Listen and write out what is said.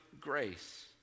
grace